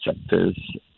sectors